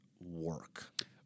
work